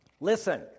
Listen